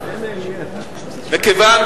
מכיוון,